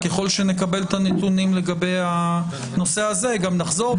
ככל שנקבל את הנתונים לגבי הנושא הזה גם נחזור.